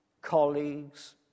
colleagues